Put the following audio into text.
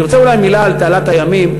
אני רוצה אולי מילה על תעלת הימים,